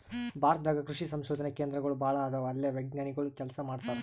ಭಾರತ ದಾಗ್ ಕೃಷಿ ಸಂಶೋಧನೆ ಕೇಂದ್ರಗೋಳ್ ಭಾಳ್ ಅದಾವ ಅಲ್ಲೇ ವಿಜ್ಞಾನಿಗೊಳ್ ಕೆಲಸ ಮಾಡ್ತಾರ್